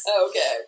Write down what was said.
Okay